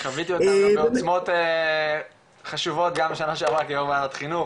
חוויתי אותם גם בעוצמות חשובות גם שנה שעברה כיו"ר וועדת חינוך,